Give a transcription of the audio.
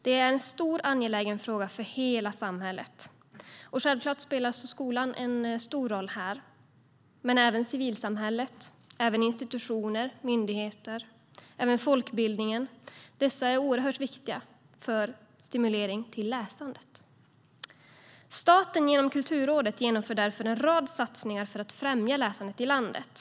Detta är en stor och angelägen fråga för hela samhället. Självklart spelar skolan en stor roll här, men även civilsamhället, institutioner, myndigheter och folkbildning är oerhört viktiga för att stimulera till läsande. Staten genomför därför genom Kulturrådet en rad satsningar för att främja läsandet i landet.